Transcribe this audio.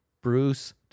Bruce